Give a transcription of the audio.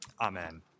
Amen